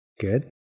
Good